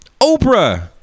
Oprah